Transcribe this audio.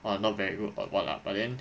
oh not very good or what lah but then